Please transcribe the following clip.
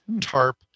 tarp